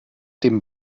dem